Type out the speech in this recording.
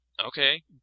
Okay